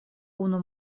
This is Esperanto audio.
unu